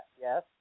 Yes